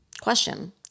question